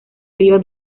río